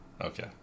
Okay